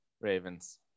Ravens